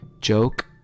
Joke